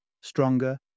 stronger